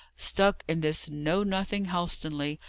stuck in this know-nothing helstonleigh,